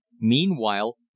meanwhile